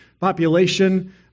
population